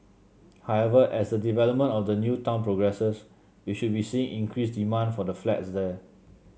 however as the development of the new town progresses we should be seeing increased demand for the flats there